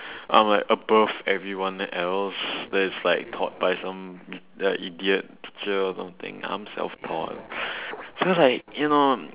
I'm like above everyone else that is like taught by some idiot teacher or something I'm self taught so like you know I was like